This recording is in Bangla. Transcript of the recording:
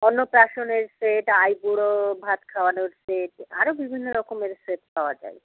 অন্নপ্রাশনের সেট আইবুড়ো ভাত খাওয়ানোর সেট আরো বিভিন্ন রকমের সেট পাওয়া যায়